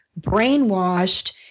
brainwashed